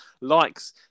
likes